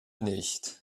nicht